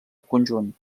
conjunt